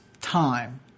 time